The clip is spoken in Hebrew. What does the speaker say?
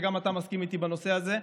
שגם אתה מסכים איתי בנושא הזה,